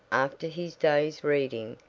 after his day's reading,